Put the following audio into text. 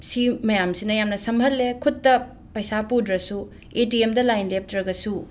ꯁꯤ ꯃꯌꯥꯝꯁꯤꯅ ꯌꯥꯝꯅ ꯁꯝꯍꯜꯂꯦ ꯈꯨꯠꯇ ꯄꯩꯁꯥ ꯄꯨꯗ꯭ꯔꯁꯨ ꯑꯦ ꯇꯤ ꯑꯦꯝꯗ ꯂꯥꯏꯟ ꯂꯦꯞꯇ꯭ꯔꯒꯁꯨ